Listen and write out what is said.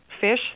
fish